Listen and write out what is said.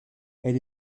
elle